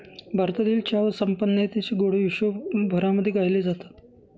भारतामधील चहा संपन्नतेचे गोडवे विश्वभरामध्ये गायले जातात